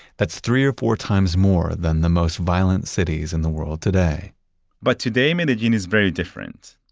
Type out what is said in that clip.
that's three or four times more than the most violent cities in the world today but today medellin is very different.